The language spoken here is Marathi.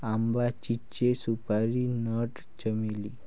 आंबा, चिंचे, सुपारी नट, चमेली